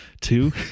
Two